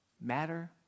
matter